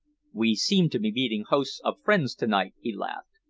we seem to be meeting hosts of friends to-night, he laughed.